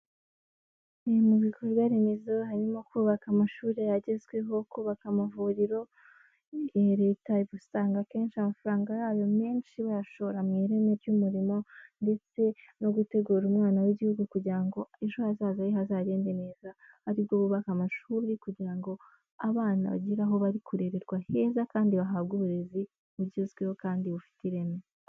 Mu bikorwa remezo harimo kubaka amashuri yagezweho, kubaka amavuriro, iyi leta usanga akenshi amafaranga yayo menshi bayashora mu ireme ry'umurimo ndetse no gutegura umwana w'igihugu kugira ngo ejo hazaza he hazagende neza, aribwo bubaka amashuri kugira ngo abana bagere aho bari kurererwa heza kandi bahabwe uburezi bugezweho kandi bufite ireme.